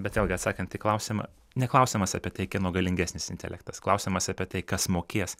bet vėlgi atsakant į klausimą ne klausimas apie tai kieno galingesnis intelektas klausimas apie tai kas mokės